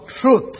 truth